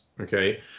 okay